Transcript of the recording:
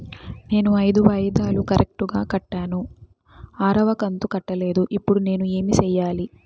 నేను ఐదు వాయిదాలు కరెక్టు గా కట్టాను, ఆరవ కంతు కట్టలేదు, ఇప్పుడు నేను ఏమి సెయ్యాలి?